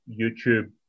YouTube